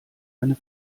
eine